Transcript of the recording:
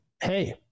Hey